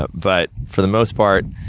ah but, for the most part,